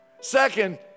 Second